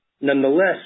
Nonetheless